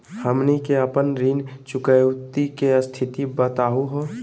हमनी के अपन ऋण चुकौती के स्थिति बताहु हो?